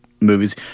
movies